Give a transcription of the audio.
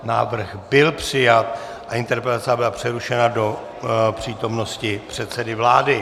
Návrh byl přijat a interpelace byla přerušena do přítomnosti předsedy vlády.